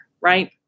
Right